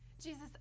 Jesus